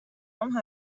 هام